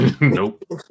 Nope